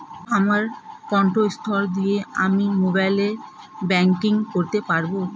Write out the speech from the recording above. আমার কন্ঠস্বর দিয়ে কি আমি মোবাইলে ব্যাংকিং করতে পারবো?